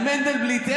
מנדלבליט,